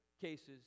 cases